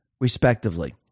respectively